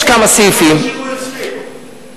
יש כמה סעיפים, הכול השאירו אצלי.